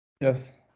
Yes